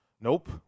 nope